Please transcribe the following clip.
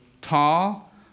tall